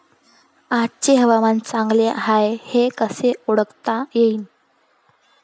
आजचे हवामान चांगले हाये हे कसे ओळखता येईन?